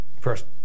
First